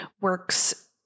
works